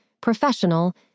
professional